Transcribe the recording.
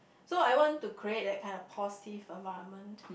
so I want to create that kind of positive environment